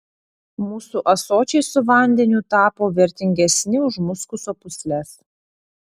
mūsų ąsočiai su vandeniu tapo vertingesni už muskuso pūsles